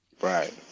Right